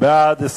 לשכת עורכי-הדין (תיקון מס' 34),